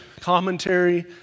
commentary